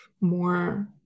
more